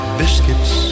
biscuits